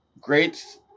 great